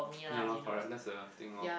ya lor correct that's the thing lor